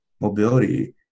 mobility